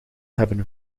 hebben